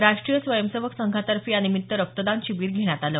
राष्ट्रीय स्वयंसेवक संघातर्फे यानिमित्त रक्तदान शिबिर घेण्यात आल